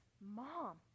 Mom